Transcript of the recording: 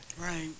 Right